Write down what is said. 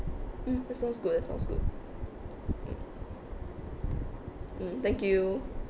mm that sounds good that sounds good mm mm thank you